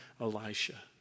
Elisha